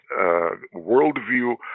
worldview